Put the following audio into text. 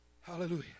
Hallelujah